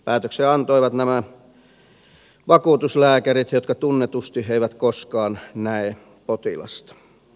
päätöksen antoivat nämä vakuutuslääkärit jotka tunnetusti eivät koskaan näe potilasta